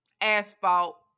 Asphalt